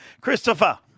Christopher